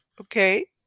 Okay